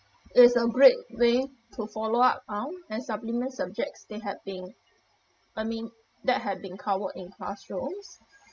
is a great way to follow up on and supplements subjects they had been I mean that had been covered in classrooms